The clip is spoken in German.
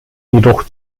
jedoch